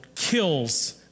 kills